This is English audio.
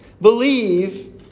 Believe